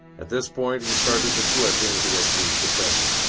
at this point he started to slip into a deep depression.